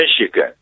Michigan